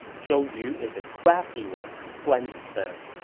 zhou yu is a crafty one, guan yu said.